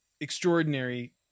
extraordinary